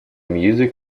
music